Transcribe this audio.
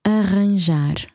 arranjar